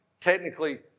technically